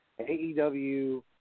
AEW